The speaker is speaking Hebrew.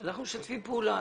משתפים פעולה.